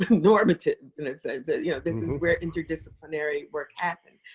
normative. so yeah this is where interdisciplinary work happened.